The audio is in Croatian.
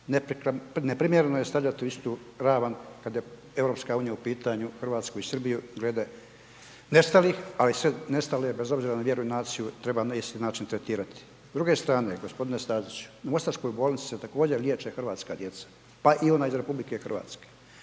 ne primjereno je stavljati u istu ravan kad je EU u pitanju, RH i Srbiju glede nestalih, ali sve nestale, bez obzira na vjeru i naciju, treba na isti način tretirati. S druge strane g. Staziću, u Mostarskoj bolnici se također liječe hrvatska djeca, pa i ona iz RH.